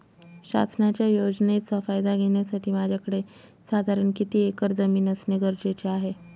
शासनाच्या योजनेचा फायदा घेण्यासाठी माझ्याकडे साधारण किती एकर जमीन असणे गरजेचे आहे?